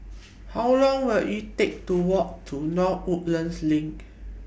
How Long Will IT Take to Walk to North Woodlands LINK